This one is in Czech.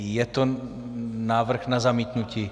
Je to návrh na zamítnutí?